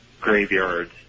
graveyards